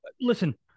listen